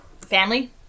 Family